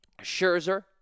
Scherzer